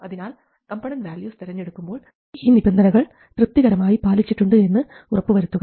അതിനാൽ component values തെരഞ്ഞെടുക്കുമ്പോൾ ഈ നിബന്ധനകൾ തൃപ്തികരമായി പാലിച്ചിട്ടുണ്ട് എന്ന് ഉറപ്പുവരുത്തുക